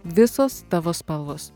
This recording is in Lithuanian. visos tavo spalvos